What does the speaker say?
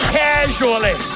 casually